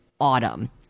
autumn